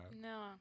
no